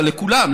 אבל לכולם,